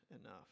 enough